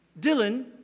Dylan